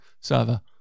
server